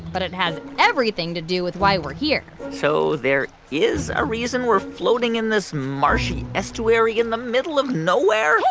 but it has everything to do with why we're here so there is a reason we're floating in this marshy estuary in the middle of nowhere?